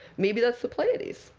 maybe that's the pleiades.